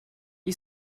you